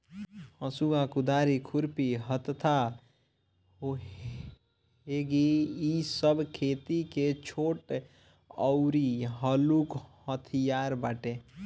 हसुआ, कुदारी, खुरपी, हत्था, हेंगी इ सब खेती के छोट अउरी हलुक हथियार बाटे